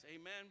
Amen